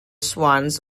swans